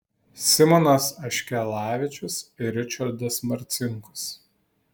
simonas aškelavičius ir ričardas marcinkus